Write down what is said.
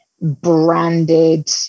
branded